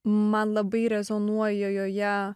man labai rezonuoja joje